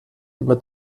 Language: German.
immer